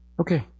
okay